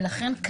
ולכן,